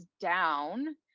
down